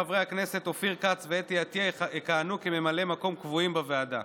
חברי הכנסת אופיר כץ ואתי עטייה יכהנו כממלאי מקום קבועים בוועדה.